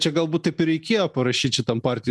čia galbūt taip ir reikėjo parašyt šitam partijų